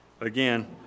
Again